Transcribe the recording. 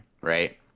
right